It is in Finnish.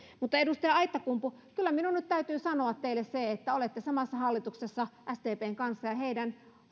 edustaja aittakumpu kyllä minun nyt täytyy sanoa teille se että te olette samassa hallituksessa sdpn kanssa ja heidän